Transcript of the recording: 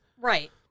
right